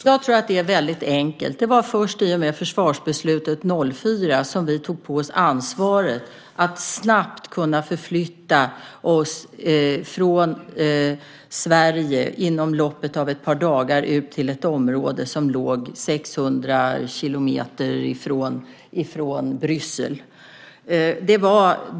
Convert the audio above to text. Herr talman! Det är enkelt. Det var först i och med försvarsbeslutet 2004 som vi tog på oss ansvaret att snabbt, inom loppet av ett par dagar, kunna förflytta oss från Sverige ut till ett område som ligger 600 kilometer från Bryssel.